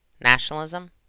nationalism